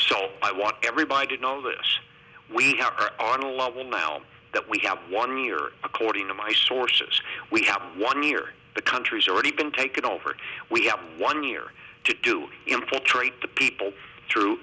solve i want everybody to know that we are on a level now that we have one year according to my sources we have one year the country's already been taken over we have one year to do infiltrate the people through